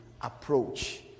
approach